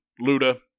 Luda